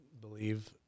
believe